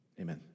Amen